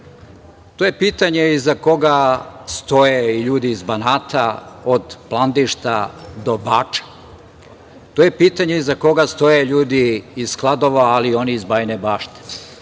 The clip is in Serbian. To je pitanje iza koga stoje ljudi iz Banata, od Plandišta do Bača. To je pitanje iza koga stoje ljudi iz Kladova, ali i oni iz Bajine Bašte.